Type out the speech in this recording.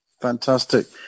fantastic